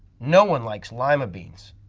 no one likes lima beans,